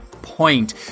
Point